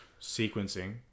sequencing